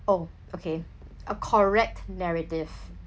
oh okay a correct narrative